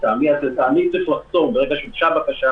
לדעתי צריך לחסום ברגע שהוגשה בקשה